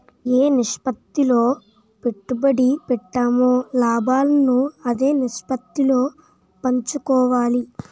ఏ నిష్పత్తిలో పెట్టుబడి పెట్టామో లాభాలను అదే నిష్పత్తిలో పంచుకోవాలి